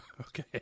Okay